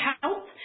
help